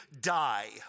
die